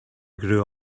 grew